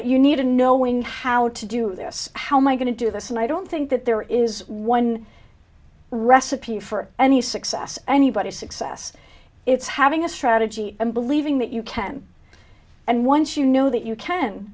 you need to know when how to do this how my going to do this and i don't think that there is one recipe for any success anybody's success it's having a strategy and believing that you can and once you know that you can